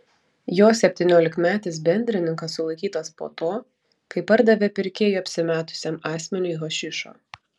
jo septyniolikmetis bendrininkas sulaikytas po to kai pardavė pirkėju apsimetusiam asmeniui hašišo